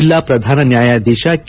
ಜಿಲ್ಲಾ ಪ್ರಧಾನ ನ್ಯಾಯಾದೀಶ ಕೆ